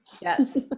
Yes